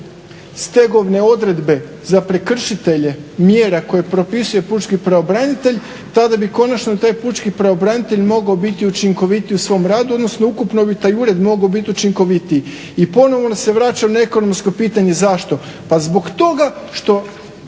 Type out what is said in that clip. stegovne odredbe za prekršitelje mjera koje propisuje pučki pravobranitelj tada bi konačno taj pučki pravobranitelj mogao biti učinkovitiji u svom radu, odnosno ukupno bi taj ured mogao biti učinkovitiji. I ponovno se vraćam na ekonomsko pitanje – zašto? Pa zbog toga što